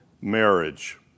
marriage